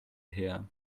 her